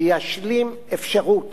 שישלים אפשרות